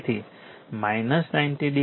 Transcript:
તેથી 90 113